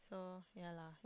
so yeah lah yeah